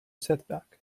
setback